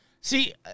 See